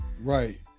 Right